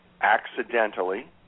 accidentally